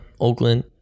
oakland